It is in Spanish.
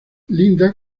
linda